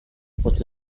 what